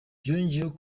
yongeyeho